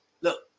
Look